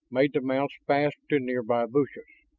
made the mounts fast to near-by bushes.